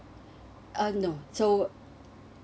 uh no so